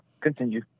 continue